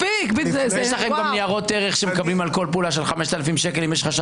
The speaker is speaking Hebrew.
יש לכם ניירות ערך שמקבלים על כל פעולה של 5,000 שקל אם יש חשד.